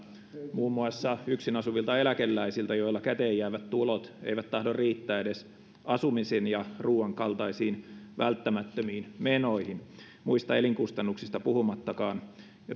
muun muassa yksin asuvilta eläkeläisiltä joilla käteenjäävät tulot eivät tahdo riittää edes asumisen ja ruoan kaltaisiin välttämättömiin menoihin muista elinkustannuksista puhumattakaan ja